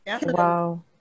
Wow